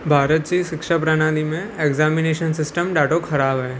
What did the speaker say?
भारत जे शिक्षा प्रणाली में एक्ज़ामिनेशन सिस्टम ॾाढो ख़राबु आहे